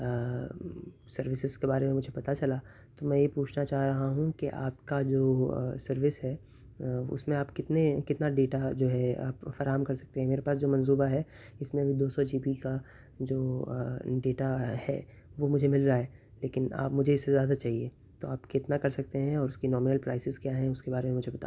services کے بارے میں مجھے پتاہ چلا تو میں یہ پوچھنا چاہ رہا ہوں کہ آپ کا جو سروس ہے اس میں آپ کتنے کتنا ڈیٹا جو ہے آپ فراہم کر سکتے ہیں میرے پاس جو منصوبہ ہے اس میں بھی دو سو جی بی کا جو ڈیٹا ہے وہ مجھے مل رہا ہے لیکن آپ مجھے اس سے زیادہ چاہیے تو آپ کتنا کر سکتے ہیں اور اس کی نارمنل پرائسز کیا ہیں اس کے بارے میں مجھے بتا دیجے